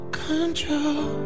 control